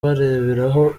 bareberaho